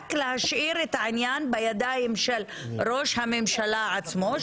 שרק להשאיר את העניין בידיים של ראש הממשלה עצמו,